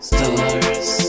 Stars